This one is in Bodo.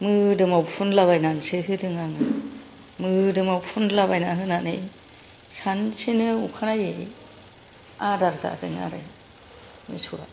मोदोमाव फुनला बायनानैसो होदों आङो मोदोमाव फुनला बायना होनानै सानसेनो अखानायै आदार जादों आरो मोसौआ